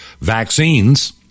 vaccines